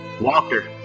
Walker